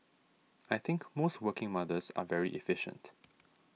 I think most working mothers are very efficient